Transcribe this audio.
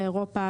מאירופה,